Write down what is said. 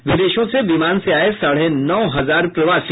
विदेशों से विमान से आये साढ़े नौ हजार प्रवासी